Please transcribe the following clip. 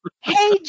hey